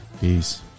Peace